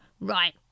Right